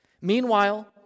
Meanwhile